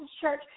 church